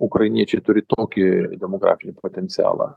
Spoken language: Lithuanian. ukrainiečiai turi tokį demografinį potencialą